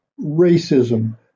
racism